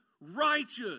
righteous